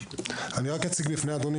אני רק אציג בפני אדוני,